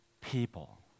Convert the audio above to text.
people